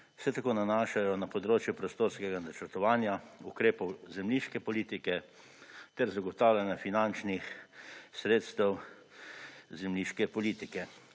se tako nanašajo na področje prostorskega načrtovanja, ukrepov zemljiške politike ter zagotavljanja finančnih sredstev zemljiške politike.